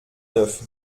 neuf